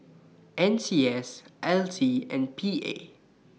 N C S L T and P A